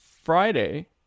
Friday